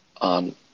on